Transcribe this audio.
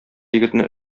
егетне